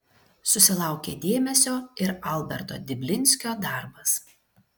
susilaukė dėmesio ir alberto diblinskio darbas